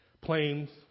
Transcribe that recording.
planes